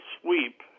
sweep